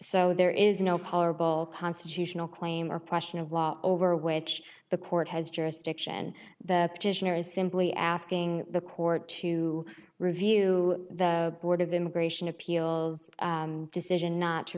so there is no possible constitutional claim or oppression of law over which the court has jurisdiction the petitioner is simply asking the court to review the board of immigration appeals decision not to